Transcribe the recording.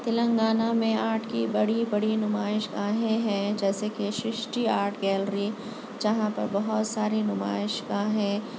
تلنگانہ میں آرٹ کی بڑی بڑی نمائش گاہیں ہیں جیسے کہ ششٹی آرٹ گیلری جہاں پر بہت ساری نمائش گاہیں